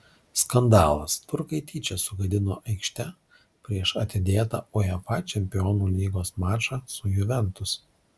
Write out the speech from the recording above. skandalas turkai tyčia sugadino aikštę prieš atidėtą uefa čempionų lygos mačą su juventus